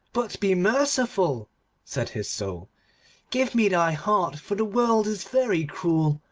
but be merciful said his soul give me thy heart, for the world is very cruel,